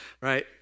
Right